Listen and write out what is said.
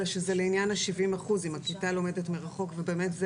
אלא שזה לעניין ה-70% אם הכיתה לומדת מרחוק ובאמת זה